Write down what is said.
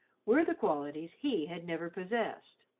were the qualities he had never possessed,